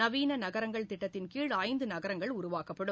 நவீன நகரங்கள் திட்டத்தின் கீழ் ஐந்து நகரங்கள் உருவாக்கப்படும்